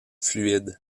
fluide